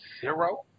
zero